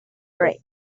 rate